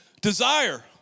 Desire